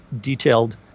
detailed